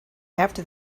after